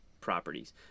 properties